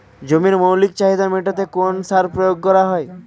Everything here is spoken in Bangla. জমির মৌলিক চাহিদা মেটাতে কোন সার প্রয়োগ করা হয়?